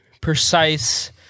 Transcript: precise